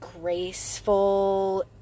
Graceful